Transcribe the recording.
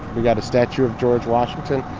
we got a statue of george washington,